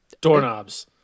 Doorknobs